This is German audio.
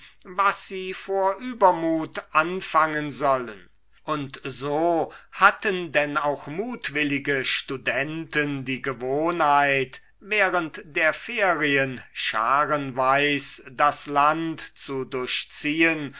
was sie vor übermut anfangen sollen und so hatten denn auch mutwillige studenten die gewohnheit während der ferien scharenweis das land zu durchziehen